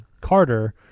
Carter